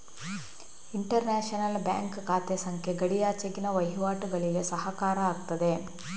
inter national bank ಖಾತೆ ಸಂಖ್ಯೆ ಗಡಿಯಾಚೆಗಿನ ವಹಿವಾಟುಗಳಿಗೆ ಉಪಕಾರ ಆಗ್ತದೆ